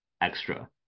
extra